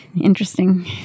Interesting